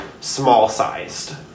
small-sized